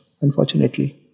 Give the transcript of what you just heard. unfortunately